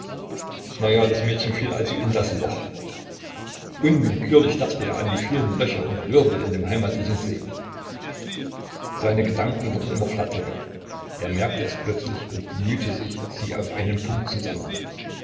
ja das mädchen fiel also in das loch unwillkürlich dachte er an die vielen löcher und wirbel in dem heimatlichen see seine gedanken wurden immer flattriger er merkte es plötzlich und bemühte sich sie auf einen punkt zu sammeln